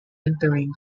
entering